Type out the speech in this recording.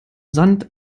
sand